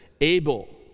Abel